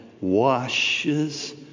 washes